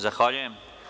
Zahvaljujem.